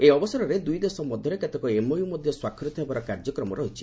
ଏହି ଅବସରରେ ଦୁଇ ଦେଶ ମଧ୍ୟରେ କେତେକ ଏମଓୟୁ ମଧ୍ୟ ସ୍ୱାକ୍ଷରିତ ହେବାର କାର୍ଯ୍ୟକ୍ରମ ରହିଛି